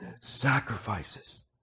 Sacrifices